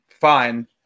fine